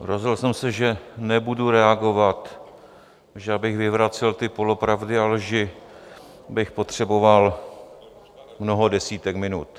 Rozhodl jsem se, že nebudu reagovat, protože abych vyvracel ty polopravdy a lži, bych potřeboval mnoho desítek minut.